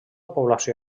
població